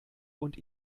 und